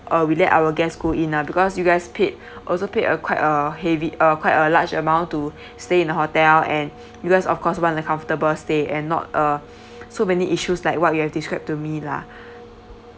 uh we let our guests go in ah because you guys paid also pay a quite a heavy a quite a large amount to stay in a hotel and you guys of course want a comfortable stay and not a so many issues like what you have described to me lah